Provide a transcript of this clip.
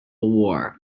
war